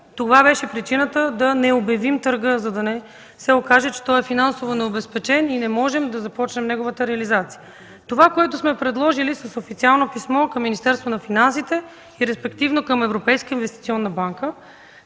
това беше причината да не обявим търга, за да не се окаже, че той е финансово необезпечен и не можем да започнем неговата реализация. Това, което сме предложили с официално писмо към Министерството на финансите и респективно към Европейската инвестиционна банка